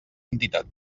entitat